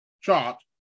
chart